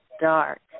dark